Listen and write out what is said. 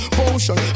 potion